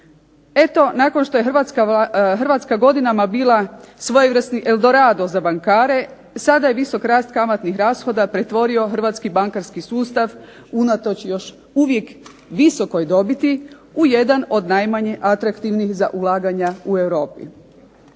Eto nakon što je Hrvatska godinama bila svojevrsni Eldorado za bankare, sada je visok rast kamatnih rashoda pretvorio hrvatski bankarski sustav, unatoč još uvijek visokoj dobiti, u jedan od najmanje atraktivnih za ulaganja u Europi.